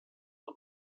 von